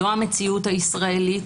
זו המציאות הישראלית.